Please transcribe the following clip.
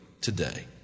today